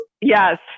Yes